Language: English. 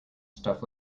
stuff